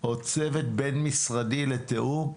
או צוות בין-משרדי לתיאום,